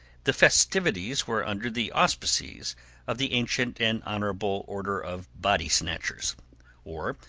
the festivities were under the auspices of the ancient and honorable order of body-snatchers or,